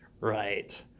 right